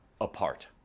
Apart